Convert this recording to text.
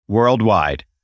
Worldwide